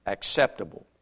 Acceptable